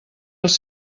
els